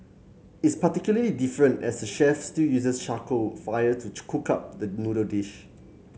it's particularly different as the chef still uses charcoal fire to cook up the noodle dish